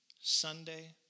Sunday